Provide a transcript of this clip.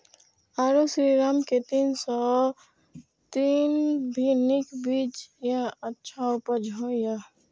आरो श्रीराम के तीन सौ तीन भी नीक बीज ये अच्छा उपज होय इय?